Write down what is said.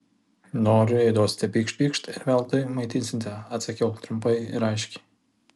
noriu jei duosite pykšt pykšt ir veltui maitinsite atsakiau trumpai ir aiškiai